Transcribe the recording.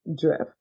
drift